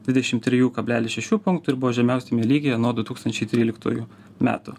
dvidešim trijų kablelis šešių punktų ir buvo žemiausiame lygyje nuo du tūkstančiai tryliktųjų metų